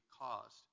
caused